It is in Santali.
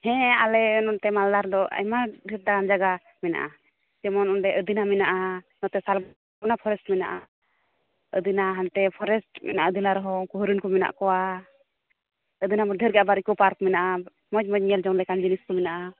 ᱦᱮᱸ ᱟᱞᱮ ᱱᱚᱛᱮ ᱢᱟᱞᱫᱟ ᱨᱮᱫᱚ ᱰᱷᱮᱨ ᱫᱟᱲᱟᱱ ᱡᱟᱜᱟ ᱢᱮᱱᱟᱜᱼᱟ ᱡᱮᱢᱚᱱ ᱚᱸᱰᱮ ᱟᱫᱤᱱᱟ ᱢᱮᱱᱟᱜᱼᱟ ᱱᱚᱛᱮ ᱥᱟᱞᱵᱚᱱᱟ ᱯᱷᱚᱨᱮᱥᱴ ᱢᱮᱱᱟᱜᱼᱟ ᱟᱫᱤᱱᱟ ᱦᱟᱱᱛᱮ ᱯᱷᱚᱨᱮᱥᱴ ᱢᱮᱱᱟᱜᱼᱟ ᱟᱫᱤᱱᱟ ᱨᱮᱦᱚᱸ ᱩᱱᱠᱩ ᱦᱚᱨᱤᱱ ᱠᱚ ᱢᱮᱱᱟᱜ ᱠᱚᱣᱟ ᱟᱫᱤᱱᱟ ᱢᱚᱫᱽᱫᱷᱮ ᱨᱮᱜᱮ ᱟᱵᱟᱨ ᱤᱠᱳ ᱯᱟᱨᱠ ᱢᱮᱱᱟᱜᱼᱟ ᱢᱚᱡᱽ ᱢᱚᱡᱽ ᱧᱮᱞ ᱡᱚᱝ ᱞᱮᱠᱟᱱ ᱡᱤᱱᱤᱥ ᱠᱚ ᱢᱮᱱᱟᱜᱼᱟ